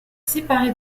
séparée